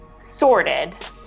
sorted